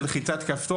בלחיצת כפתור,